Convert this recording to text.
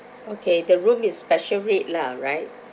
okay the room is special rate lah right